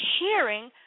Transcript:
hearing